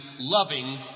loving